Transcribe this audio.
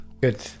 Good